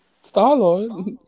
Star-Lord